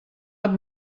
app